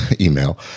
email